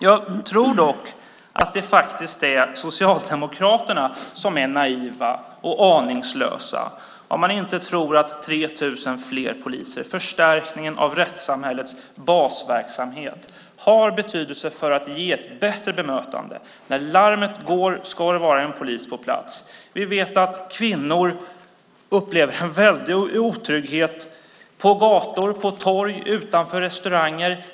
Jag tror dock att det faktiskt är Socialdemokraterna som är naiva och aningslösa om man inte tror att 3 000 fler poliser, förstärkningen av rättssamhällets basverksamhet, har betydelse för att ge ett bättre bemötande. När larmet går ska det vara en polis på plats. Vi vet att kvinnor upplever en väldig otrygghet på gator och torg och utanför restauranger.